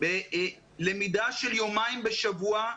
למידה של יומיים בשבוע,